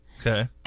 Okay